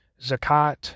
Zakat